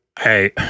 hey